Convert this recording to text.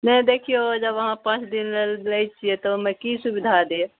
नहि देखिऔ जब अहाँ पाँच दिन लए छियै तऽ ओहिमे की सुविधा देब